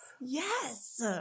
yes